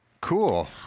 Cool